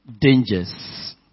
dangers